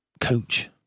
coach